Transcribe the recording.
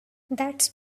that’s